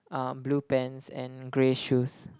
um blue pants and grey shoes